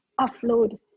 offload